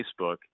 Facebook